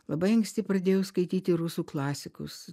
labai anksti pradėjau skaityti rusų klasikus